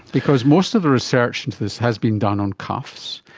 because most of the research into this has been done on cuffs,